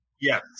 Yes